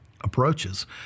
approaches